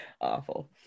Awful